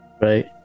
Right